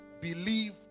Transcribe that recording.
Believe